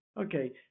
Okay